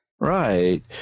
Right